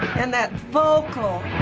and that vocal!